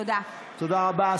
תודה רבה.